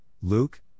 Luke